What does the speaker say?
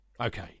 Okay